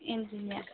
इन्डिनिया